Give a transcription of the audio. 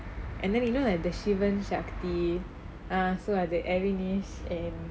and then you know like the shivan shakti ah so are the avinash and